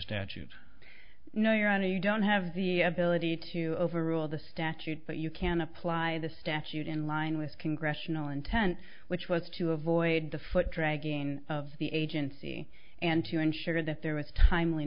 statute no your honor you don't have the ability to overrule the statute but you can apply the statute in line with congressional intent which was to avoid the foot dragging of the agency and to ensure that there with